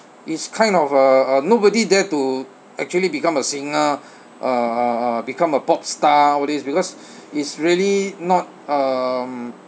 it's kind of uh uh nobody dare to actually become a singer uh become a pop star all this because it's really not um